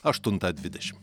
aštuntą dvidešim